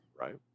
Right